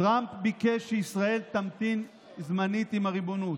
טראמפ ביקש שישראל תמתין זמנית עם הריבונות.